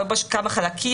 כן.